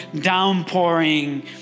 downpouring